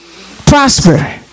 prosper